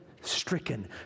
stricken